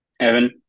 Evan